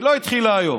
היא לא התחילה היום,